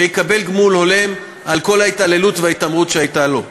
שיקבל גמול הולם על כל ההתעללות וההתעמרות שהיו בו.